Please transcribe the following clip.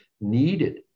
needed